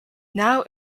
now